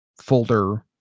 folder